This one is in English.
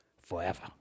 forever